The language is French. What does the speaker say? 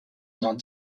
dans